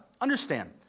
Understand